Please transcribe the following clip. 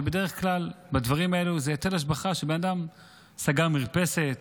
בדרך כלל בדברים האלו זה היטל השבחה כי בן אדם סגר מרפסת,